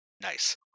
Nice